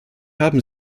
haben